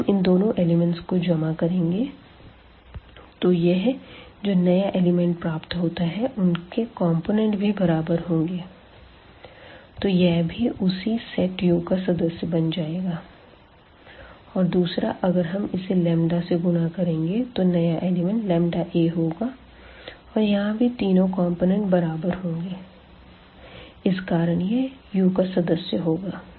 अब हम इन दोनों एलिमेंट्स को जमा करेंगे तो यह जो नया एलिमेंट प्राप्त होता है उनके कॉम्पोनेन्ट भी बराबर होंगे तो यह भी उसी सेट U का सदस्य बन जाएगा और दूसरा अगर हम इसे लंबदा से गुणा करेंगे तो नया एलिमेंट λa होगा और यहाँ भी तीनों कॉम्पोनेन्ट बराबर होंगे इस कारण यह U का सदस्य होगा